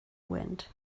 wind